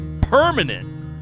permanent